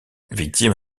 victime